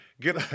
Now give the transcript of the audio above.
get